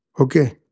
Okay